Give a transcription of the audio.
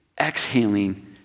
exhaling